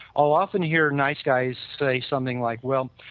i'll often hear nice guys say something like well,